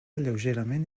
lleugerament